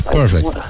perfect